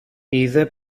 είδε